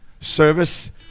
service